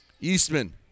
Eastman